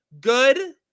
good